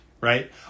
right